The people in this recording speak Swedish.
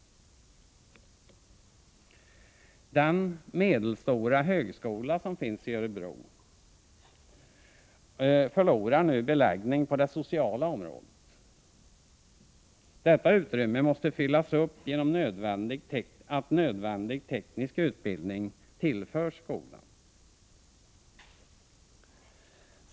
Den medelstora högskola som finns i Örebro förlorar nu beläggning på det sociala området. Detta utrymme måste fyllas upp genom att nödvändig teknisk utbildning tillförs skolan.